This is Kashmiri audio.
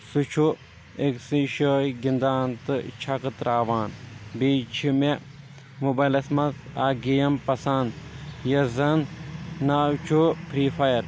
سُہ چھُ أکۍ سٕۍ جایہِ گنٛدان تہٕ چھکہٕ تراوان بییٚہِ چھِ مےٚ موبایلس منٛز اکھ گیم پسنٛد یتھ زن ناو چھُ فری فایر